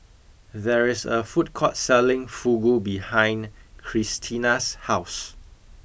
there is a food court selling Fugu behind Krystina's house